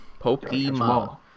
pokemon